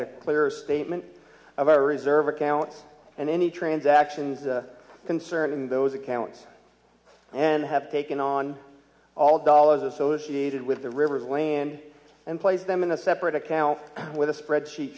a clearer statement of our reserve accounts and any transactions a concern in those accounts and have taken on all dollars associated with the river of land and placed them in a separate account with a spreadsheet